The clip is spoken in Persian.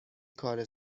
کار